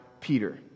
Peter